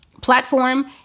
platform